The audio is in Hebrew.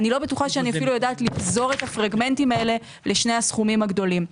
אני לא בטוחה שאני יודעת לגזור את הפרגמנטים האלה לשני הסכומים הגדולים.